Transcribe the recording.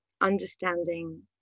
understanding